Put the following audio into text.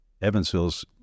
Evansville's